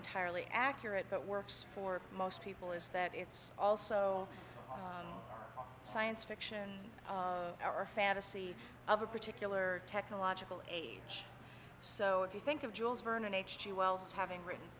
entirely accurate but works for most people is that it's also science fiction or fantasy of a particular technological age so if you think of jules verne and h g wells having written